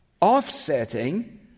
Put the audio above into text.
offsetting